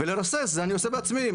ולרסס אני עושה בעצמי,